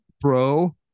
Bro